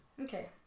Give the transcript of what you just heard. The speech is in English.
Okay